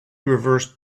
reversed